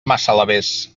massalavés